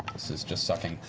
this is just sucking.